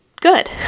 good